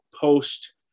post